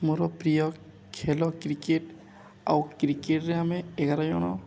ମୋର ପ୍ରିୟ ଖେଳ କ୍ରିକେଟ୍ ଆଉ କ୍ରିକେଟ୍ରେ ଆମେ ଏଗାର ଜଣ